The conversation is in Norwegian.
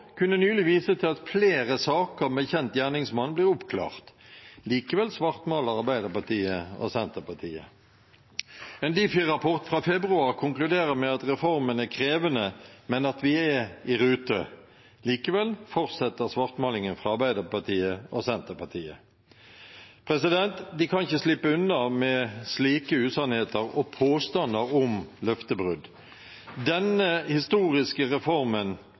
kunne nylig vise til at flere saker med kjent gjerningsmann blir oppklart. Likevel svartmaler Arbeiderpartiet og Senterpartiet. En Difi-rapport fra februar konkluderer med at reformen er krevende, men at vi er i rute. Likevel fortsetter svartmalingen fra Arbeiderpartiet og Senterpartiet. De kan ikke slippe unna med slike usannheter og påstander om løftebrudd. Denne historiske reformen